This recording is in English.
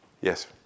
Yes